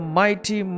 mighty